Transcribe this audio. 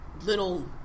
little